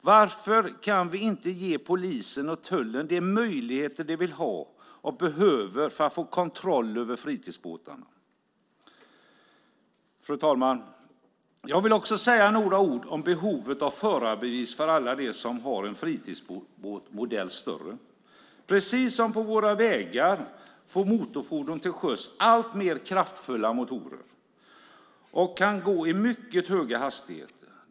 Varför kan vi inte ge polisen och tullen de möjligheter de vill ha och behöver för att få kontroll över fritidsbåtarna? Fru talman! Jag vill också säga några ord om behovet av förarbevis för alla som har en fritidsbåt modell större. Precis som fordonen på våra vägar får motorfordon till sjöss allt kraftfullare motorer och kan gå i mycket höga hastigheter.